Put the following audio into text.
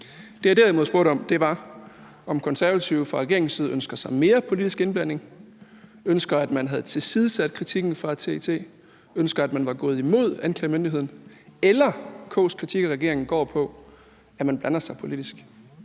Det, jeg derimod spurgte om, var, om Konservative ønsker sig mere politisk indblanding fra regeringens side, ønsker, at man havde tilsidesat kritikken fra TET, ønsker, at man var gået imod anklagemyndigheden, eller om Konservatives kritik af regeringen går på, at man blander sig politisk.